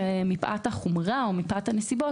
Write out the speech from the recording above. שמפאת החומרה או מפאת הנסיבות,